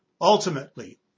Ultimately